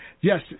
Yes